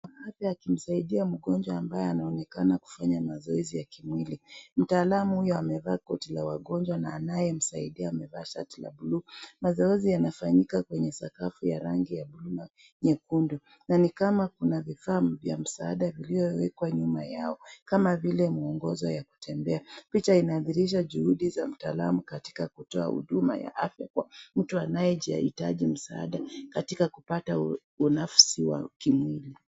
Moja ambaye anasaidia mgonjwa ambaye anafanya mazoezi ya kimwili mtaalamu huyo amevaa koti la wagonjwa na anayemsaidia amevaa shati ya blue mazoezi yanafanyija kwenye sakafu ya rangi ya nyekundu ni kama kuna vifaa vya msaada iliyowekwa nyuma yao kama vile miongozo ya kutembea pacha inaadhirusha juhudi za mtaalamu katika kutoa huduma za afya mtu anayeitaji msaada katika kupata unafsi ya kimwili.